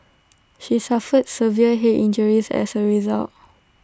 she suffered severe Head injuries as A result